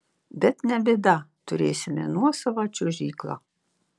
bet ne bėda turėsime nuosavą čiuožyklą